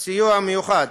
סיוע מיוחד